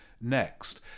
next